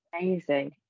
Amazing